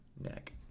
neck